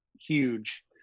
huge